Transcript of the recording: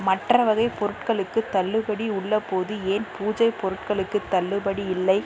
மற்ற வகைப் பொருட்களுக்குத் தள்ளுபடி உள்ளபோது ஏன் பூஜை பொருட்களுக்குத் தள்ளுபடி இல்லை